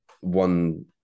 one